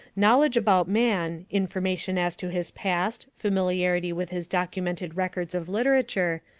knowledge about man, information as to his past, familiarity with his documented records of literature,